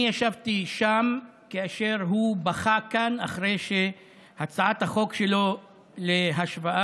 אני ישבתי שם כאשר הוא בכה כאן אחרי שהצעת החוק שלו להשוואת